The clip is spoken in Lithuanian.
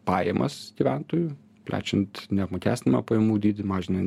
pajamas gyventojų plečiant neapmokestinamą pajamų dydį mažinant